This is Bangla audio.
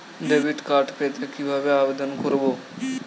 ডেবিট কার্ড পেতে কিভাবে আবেদন করব?